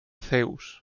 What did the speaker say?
zeus